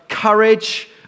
Courage